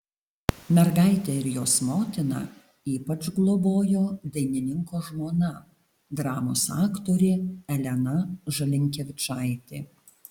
mergaitę ir jos motiną ypač globojo dainininko žmona dramos aktorė elena žalinkevičaitė